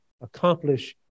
accomplish